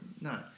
no